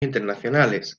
internacionales